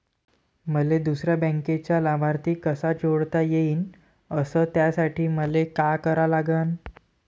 मले दुसऱ्या बँकेचा लाभार्थी कसा जोडता येईन, अस त्यासाठी मले का करा लागन?